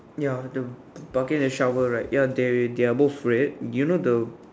ya the bucket and shower right ya they red they are both red you know the